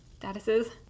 statuses